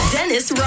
Dennis